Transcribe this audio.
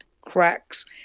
cracks